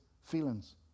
feelings